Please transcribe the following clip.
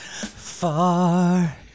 far